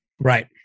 Right